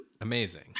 Amazing